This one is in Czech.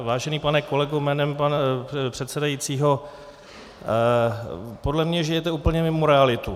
Vážený pane kolego jménem pana předsedajícího, podle mě žijete úplně mimo realitu.